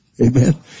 Amen